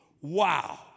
Wow